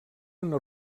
una